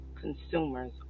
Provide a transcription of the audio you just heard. consumers